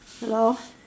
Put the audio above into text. hello